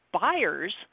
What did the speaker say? buyers